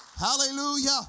Hallelujah